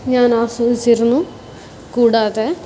ഞാൻ ആസ്വദിച്ചിരുന്നു കൂടാതെ